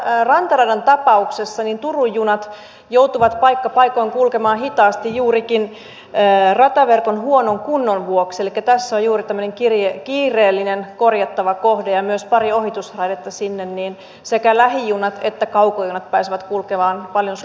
esimerkiksi tässä rantaradan tapauksessa turun junat joutuvat paikka paikoin kulkemaan hitaasti juurikin rataverkon huonon kunnon vuoksi elikkä tässä on juuri tämmöinen kiireellinen korjattava kohde ja myös pari ohitusraidetta sinne niin sekä lähijunat että kaukojunat pääsevät kulkemaan paljon sutjakkaammin